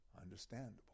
Understandable